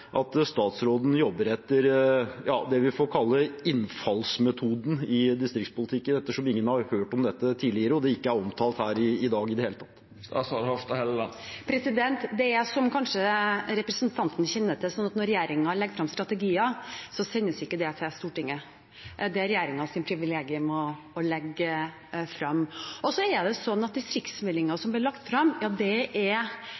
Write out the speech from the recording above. statsråden jobber etter det vi får kalle innfallsmetoden i distriktspolitikken, ettersom ingen har hørt om dette tidligere, og det ikke er omtalt her i dag i det hele tatt? Det er sånn, som kanskje representanten kjenner til, at når regjeringen legger frem strategier, så sendes ikke det til Stortinget. Det er regjeringens privilegium å legge frem. Så er det slik at distriktsmeldingen som ble lagt frem, er